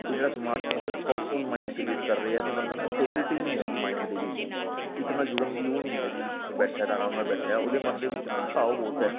ਇਹ ਜਿਹੜਾ ਸਮਾਰਟਫ਼ੋਨ ਆ ਇੱਕ ਪੋਪਕੋਨ ਮਾਈਂਡ ਕ੍ਰੀਏਟ ਕਰ ਰਹੇ ਆ ਵੀ ਬੰਦਾ ਨਾ ਸਟੇਬਿਲਿਟੀ ਨਹੀਂ ਹੈਗੀ ਮਾਇੰਡ ਦੇ ਵਿੱਚ ਇੱਕ ਨਾਲ ਜੁੜਨ ਦੀ ਉਹ ਨਹੀਂ ਹੈਗੀ ਵੀ ਕਿੱਥੇ ਬੈਠਾ ਤਾਂ ਆਰਾਮ ਨਾਲ ਬੈਠਾ ਉਹਦੇ ਮਨ ਦੇ ਵਿੱਚ ਭਟਕਾਓ ਬਹੁਤ ਹੈ